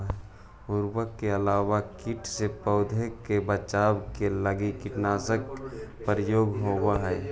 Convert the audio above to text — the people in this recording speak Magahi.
उर्वरक के अलावा कीट से पौधा के बचाव लगी कीटनाशक के प्रयोग होवऽ हई